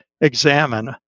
examine